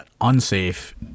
unsafe